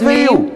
תהיה ויהיו.